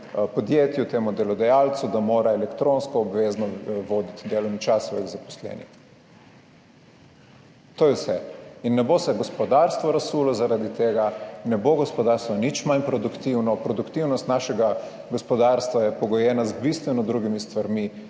podjetju, temu delodajalcu, da mora elektronsko obvezno voditi delovni čas svojih zaposlenih. To je vse. Ne bo se gospodarstvo razsulo, zaradi tega ne bo gospodarstvo nič manj produktivno. Produktivnost našega gospodarstva je pogojena z bistveno drugimi stvarmi: